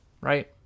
right